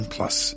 Plus